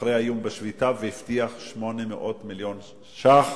אחרי האיום בשביתה, והבטיח 800 מיליון ש"ח